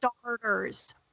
Starters